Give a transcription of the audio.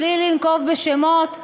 בלי לנקוב בשמות,